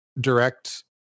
direct